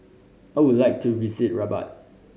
I would like to visit Rabat